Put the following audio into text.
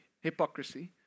hypocrisy